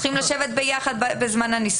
אני מציעה